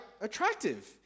attractive